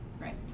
Right